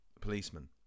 policeman